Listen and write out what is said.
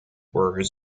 were